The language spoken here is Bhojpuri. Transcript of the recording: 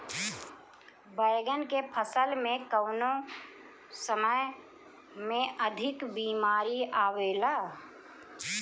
बैगन के फसल में कवने समय में अधिक बीमारी आवेला?